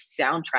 soundtrack